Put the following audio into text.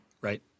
Right